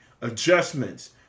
Adjustments